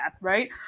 right